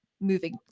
moving